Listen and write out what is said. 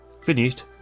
Finished